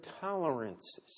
tolerances